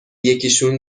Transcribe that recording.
یکیشون